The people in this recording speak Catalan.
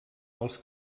els